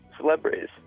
celebrities